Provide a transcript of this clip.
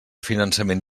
finançament